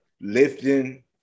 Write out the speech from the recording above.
lifting